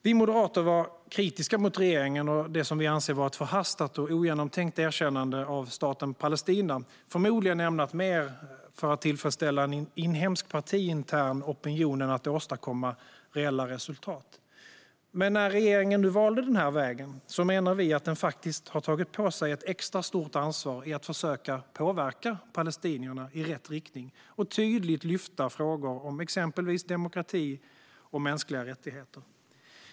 Vi moderater var kritiska mot regeringen och det som vi anser var ett förhastat och ogenomtänkt erkännande av staten Palestina, förmodligen mer ämnat att tillfredsställa en inhemsk partiintern opinion än att åstadkomma reella resultat. Men när regeringen nu valde den här vägen menar vi att den faktiskt har tagit på sig ett extra stort ansvar i att försöka påverka palestinierna i rätt riktning och tydligt lyfta frågor om exempelvis demokrati och mänskliga rättigheter.